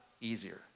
easier